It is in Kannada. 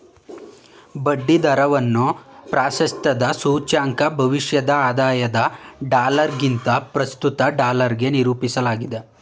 ಬಡ್ಡಿ ದರವನ್ನ ಪ್ರಾಶಸ್ತ್ಯದ ಸೂಚ್ಯಂಕ ಭವಿಷ್ಯದ ಆದಾಯದ ಡಾಲರ್ಗಿಂತ ಪ್ರಸ್ತುತ ಡಾಲರ್ಗೆ ನಿರೂಪಿಸಲಾಗಿದೆ